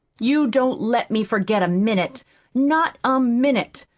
you don't let me forget a minute not a minute.